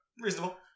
Reasonable